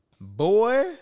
Boy